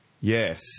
yes